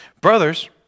Brothers